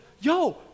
yo